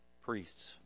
priests